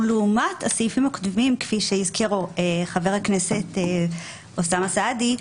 לעומת הסעיפים הקודמים כפי שהזכיר חבר הכנסת אוסאמה סעדי,